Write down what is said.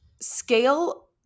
scale